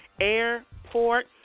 Airport